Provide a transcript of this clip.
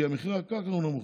כי מחיר הקרקע הוא נמוך.